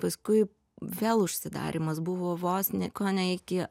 paskui vėl užsidarymas buvo vos ne kone iki